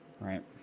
right